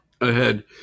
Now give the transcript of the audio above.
ahead